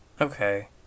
okay